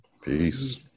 Peace